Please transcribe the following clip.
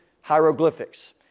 hieroglyphics